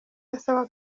asaba